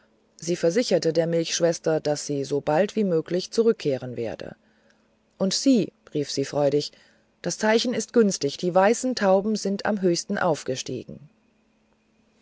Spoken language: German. sie versicherte der milchschwester daß sie so bald wie möglich zurückkehren werde und sieh rief sie freudig das zeichen ist günstig die weißen tauben sind am höchsten gestiegen